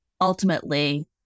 ultimately